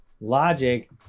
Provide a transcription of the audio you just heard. logic